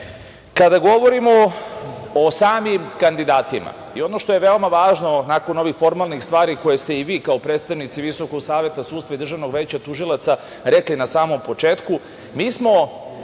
govorimo o samim kandidatima i ono što je veoma važno nakon ovih formalnih stvari koje ste i vi, kao predstavnici Visokog saveta sudstva i Državnog veća tužilaca rekli na samom početku. Mi smo